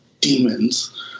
demons